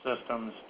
systems